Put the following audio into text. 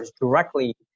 directly